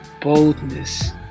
Boldness